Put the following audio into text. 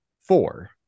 four